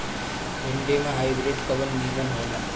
भिन्डी के हाइब्रिड कवन नीमन हो ला?